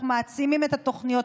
אנחנו מעצימים את התוכניות.